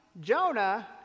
Jonah